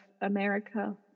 America